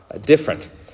different